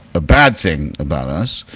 a bad thing about us.